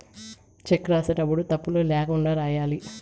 check రాసేటప్పుడు తప్పులు ల్యాకుండా రాయాలి